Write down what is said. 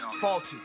Faulty